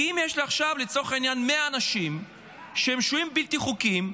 כי אם יש לי עכשיו לצורך העניין 100 אנשים שהם שוהים בלתי חוקיים,